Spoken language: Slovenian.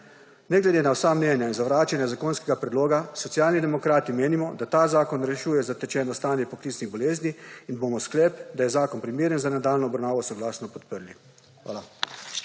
Ne glede na vsa mnenja in zavračanja zakonskega predloga Socialni demokrati menimo, da ta zakon rešuje zatečeno stanje poklicnih bolezni, in bomo sklep, da je zakon primeren za nadaljnjo obravnavo, soglasno podprli. Hvala.